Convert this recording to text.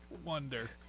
wonder